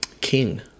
King